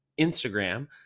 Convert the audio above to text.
Instagram